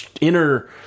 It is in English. inner